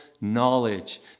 knowledge